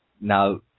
now